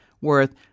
worth